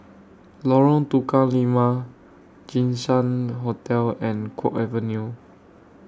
Lorong Tukang Lima Jinshan Hotel and Guok Avenue